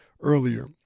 earlier